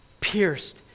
pierced